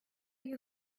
you